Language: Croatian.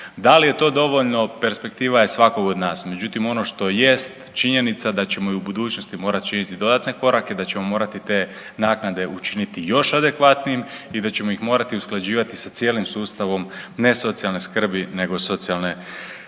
Da li je to dovoljno, perspektiva je svakog od nas, međutim on što jest činjenica da ćemo i u budućnosti morati činiti dodatne korake, da ćemo morati te naknade učiniti još adekvatnijim i da ćemo ih morati usklađivati sa cijelim sustavom ne socijalne skrbi nego socijalne